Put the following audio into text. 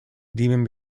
demon